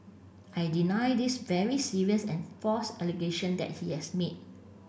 I deny this very serious and false allegation that he has made